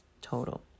total